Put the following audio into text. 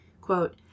Quote